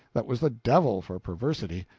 that was the devil for perversity.